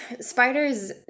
spiders